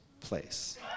place